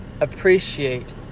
appreciate